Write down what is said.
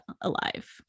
alive